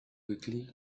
quickly